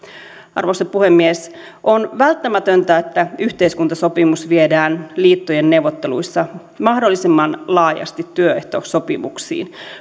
arvoisa puhemies on välttämätöntä että yhteiskuntasopimus viedään liittojen neuvotteluissa mahdollisimman laajasti työehtosopimuksiin